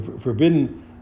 forbidden